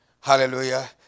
Hallelujah